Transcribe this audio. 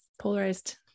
polarized